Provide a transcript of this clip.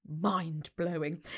mind-blowing